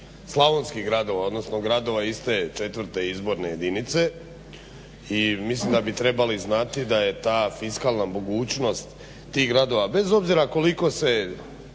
slavonskih gradova, odnosna gradova iz te četvrte izborne jedinice i mislim da bi trebali znati da je ta fiskalna mogućnost tih gradova bez obzira koliko se